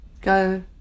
go